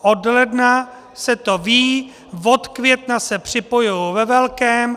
Od ledna se to ví, od května se připojují ve velkém.